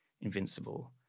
invincible